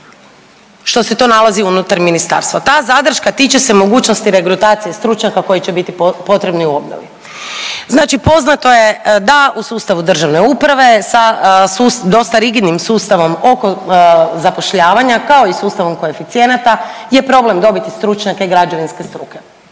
što se to nalazi unutar ministarstva. Ta zadrška tiče se mogućnosti regrutacije stručnjaka koji će biti potrebni u obnovi. Znači poznato je da u sustavu državne uprave sa dosta rigidnim sustavom oko zapošljavanja kao i sustavom koeficijenata je problem dobiti stručnjake građevinske struke.